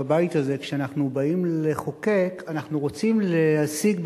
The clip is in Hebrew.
בבית הזה: כשאנחנו באים לחוקק אנחנו רוצים להשיג,